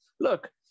Look